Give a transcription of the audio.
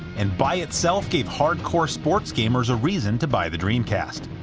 and by itself gave hardcore sports gamers a reason to buy the dreamcast.